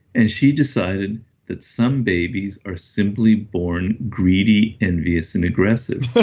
and she decided that some babies are simply born greedy, envious and aggressive.